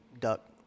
duck